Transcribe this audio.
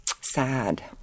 sad